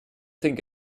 think